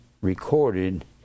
recorded